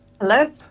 Hello